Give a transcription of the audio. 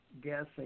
guessing